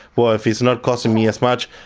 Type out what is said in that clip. well, if it's not costing me as much,